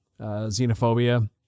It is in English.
xenophobia